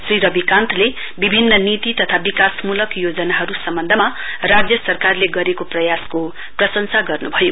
श्री रविकान्तले विभिन्न नीति तथा विकास मूलक योजनाहरु सम्बन्धमा राज्य सरकारले गरेको प्रयासको प्रशंसा गर्नुभयो